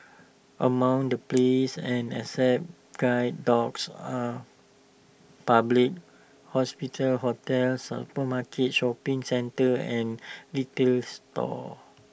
among the places and accept guide dogs are public hospitals hotels supermarkets shopping centres and retail stores